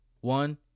one